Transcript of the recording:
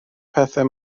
pethau